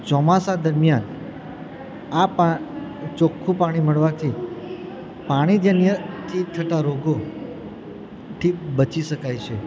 ચોમાસા દરમિયાન આ પા ચોખ્ખું પાણી મળવાથી પાણીજન્યથી થતાં રોગોથી બચી શકાય છે